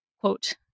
Quote